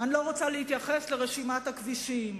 אני לא רוצה להתייחס לרשימת הכבישים.